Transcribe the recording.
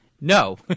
No